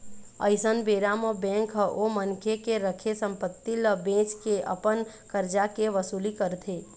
अइसन बेरा म बेंक ह ओ मनखे के रखे संपत्ति ल बेंच के अपन करजा के वसूली करथे